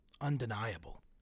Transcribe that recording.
undeniable